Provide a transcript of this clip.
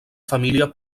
família